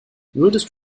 würdest